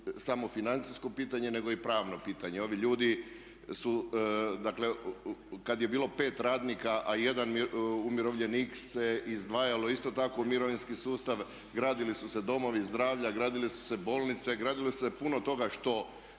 samo financijsko pitanje nego i pravno pitanje. Ovi ljudi su, dakle kad je bilo 5 radnika a 1 umirovljenik se izdvajalo isto tako u mirovinski sustav, gradili su se domovi zdravlja, gradile su se bolnice, gradilo se je puno toga što